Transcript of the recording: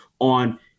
on